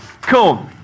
Cool